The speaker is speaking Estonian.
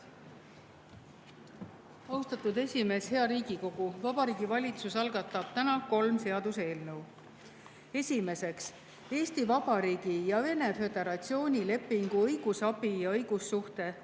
Austatud esimees! Hea Riigikogu! Vabariigi Valitsus algatab täna kolm seaduseelnõu. Esimeseks, Eesti Vabariigi ja Vene Föderatsiooni lepingu õigusabi ja õigussuhete